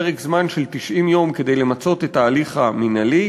פרק זמן של 90 יום כדי למצות את ההליך המינהלי,